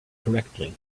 correctly